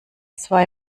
zwei